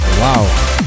Wow